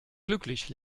glücklich